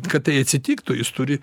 kad tai atsitiktų jis turi